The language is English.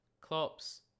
Klopp's